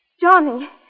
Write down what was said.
Johnny